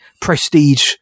prestige